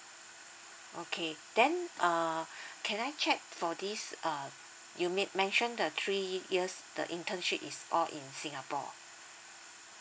okay then uh can I check for this uh you ment~ mentioned the three years the internship is all in singapore